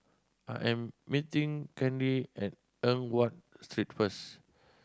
I am meeting Kandy at Eng Watt Street first